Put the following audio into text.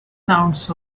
sounds